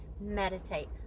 meditate